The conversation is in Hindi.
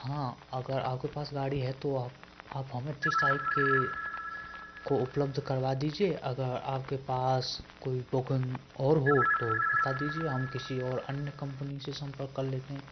हाँ अगर आपके पास गाड़ी है तो आप हमें तीस तारीख के को उपलब्ध करवा दीजिए अगर आपके पास कोई टोकन और हो तो बता दीजिए हम किसी और अन्य कम्पनी से सम्पर्क कर लेते हैं